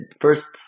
first